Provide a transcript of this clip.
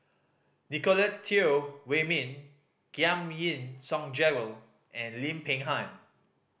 Nicolette Teo Wei Min Giam Yean Song Gerald and Lim Peng Han